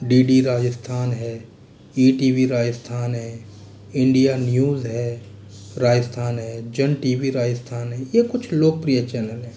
D D Rajasthan है E T V Rajasthan है India news है राजस्थान है जन टी वी राजस्थान है यह कुछ लोकप्रिय चैनल हैं